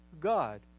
God